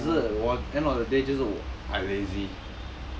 只是我 end of the day 就是 I lazy